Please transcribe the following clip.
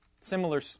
Similar